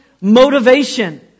motivation